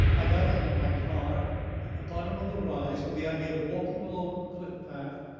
i got out of my car at the bottom of the rise with the idea of walking along the cliff path,